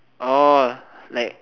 orh like